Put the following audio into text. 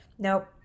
Nope